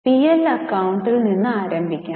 P L അക്കൌണ്ടിൽ നിന്ന് ആരംഭിക്കാം